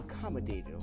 accommodated